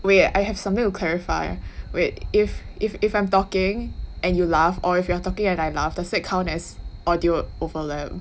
wait I have something to clarify wait if if if I'm talking and you laugh or if you are talking and I laugh does it count as audio